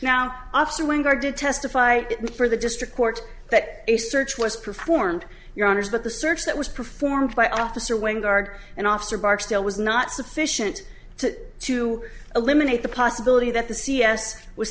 now after one guard to testify for the district court that a search was performed your honors but the search that was performed by officer wing guard and officer barksdale was not sufficient to to eliminate the possibility that the c s was